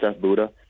Buddha